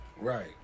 Right